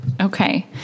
Okay